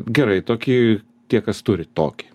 gerai tokį tie kas turi tokį